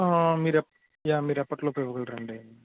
మీరు ఎప్ యా మీరు ఎప్పటిలోపు ఇవ్వగలరండి